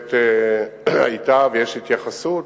כשבהחלט היתה ויש התייחסות,